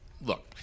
Look –